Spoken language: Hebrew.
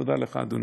תודה לך, אדוני.